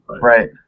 Right